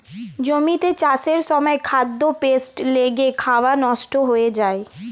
জমিতে চাষের সময় খাদ্যে পেস্ট লেগে খাবার নষ্ট হয়ে যায়